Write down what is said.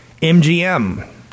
MGM